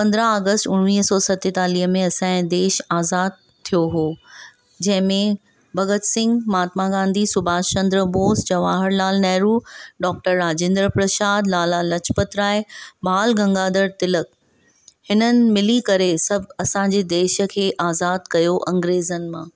पंदिरहं अगस्त उणिवीह सौ सतेतालीह में असांजो देशु आज़ाद थियो हुओ जंहिं में भगत सिंह महात्मा गांधी सुभाष चंद्र बोस जवाहरलाल नेहरु डॉक्टर राजेंद्र प्रसाद लाला लजपत राय बाल गंगाधर तिलक हिननि मिली करे सब असांजे देश खे आज़ाद कयो अंग्रेज़नि मां